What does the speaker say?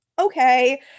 okay